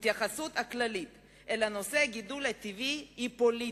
ההתייחסות הכללית אל נושא הגידול הטבעי היא פוליטית,